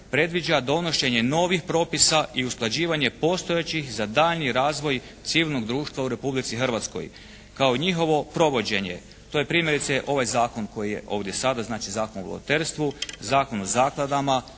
predviđa donošenje novih propisa i usklađivanje postojećih za daljnji razvoj civilnog društva u Republici Hrvatskoj kao njihovo provođenje. To je primjerice ovaj zakon koji je ovdje sada, znači Zakon o volonterstvu, Zakon o zakladama,